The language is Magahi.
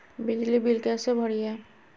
बिजली बिल कैसे भरिए?